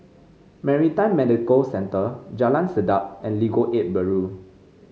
Maritime Medical Centre Jalan Sedap and Legal Aid Bureau